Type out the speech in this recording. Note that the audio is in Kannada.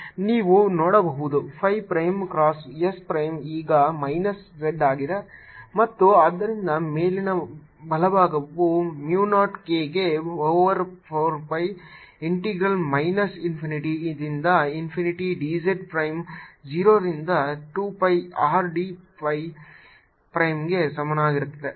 ನೀವು ನೋಡಬಹುದು phi prime cross s prime ಈಗ ಮೈನಸ್ z ಆಗಿದೆ ಮತ್ತು ಆದ್ದರಿಂದ ಮೇಲಿನ ಬಲಭಾಗವು mu 0 k ಗೆ over 4 pi integral minus infinity ದಿಂದ ಇನ್ಫಿನಿಟಿ d z ಪ್ರೈಮ್ 0 ರಿಂದ 2 pi R d phi ಪ್ರೈಮ್ಗೆ ಸಮನಾಗಿರುತ್ತದೆ